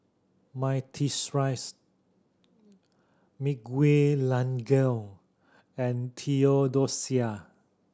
Myrtice Miguelangel and Theodosia